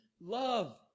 love